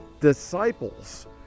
disciples